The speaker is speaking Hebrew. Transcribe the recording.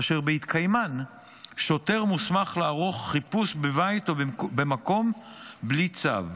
אשר בהתקיימן שוטר מוסמך לערוך חיפוש בבית או במקום בלי צו.